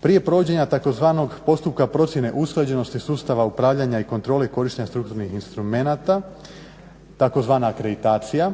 Prije provođenja tzv. postupka procjene usklađenosti sustava upravljanja i kontrole korištenja strukturnih instrumenta tzv. akreditacija